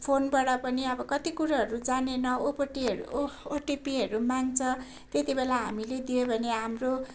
फोनबाट पनि अब कति कुराहरू जानेन ओपिटीहरू ओ ओटिपीहरू माग्छ त्यति बेला हामीले दियो भने हाम्रो